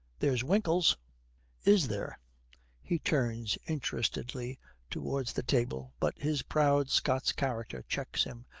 there's winkles is there he turns interestedly towards the table, but his proud scots character checks him,